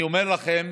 אומר לכם,